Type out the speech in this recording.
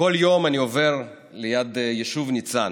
וכל יום אני עובר ליד היישוב ניצן.